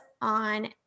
on